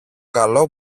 καλό